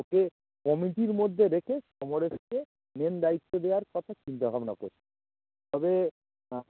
ওকে কমিটির মধ্যে রেখে সমরেশকে মেন দায়িত্ব দেওয়ার কথা চিন্তা ভাবনা করছি তবে হ্যাঁ